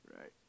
right